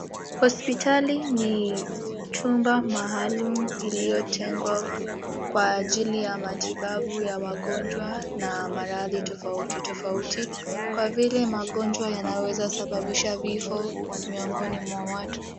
Hospitali ni chumba maalum iliyotengwa kwa ajili ya matibabu ya wagonjwa na maradhi tofauti tofauti kwa vile magonjwa yanaweza sababisha vifo miongoni mwa watu.